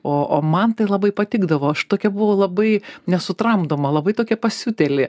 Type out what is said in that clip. o o man tai labai patikdavo aš tokia buvo labai nesutramdoma labai tokia pasiutėlė